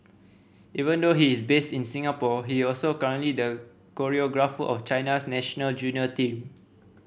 even though he is based in Singapore he also currently the choreographer of China's national junior team